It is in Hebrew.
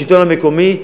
בשלטון המקומי,